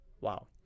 Wow